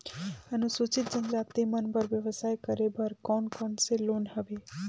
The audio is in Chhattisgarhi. अनुसूचित जनजाति मन बर व्यवसाय करे बर कौन कौन से लोन हवे?